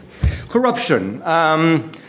Corruption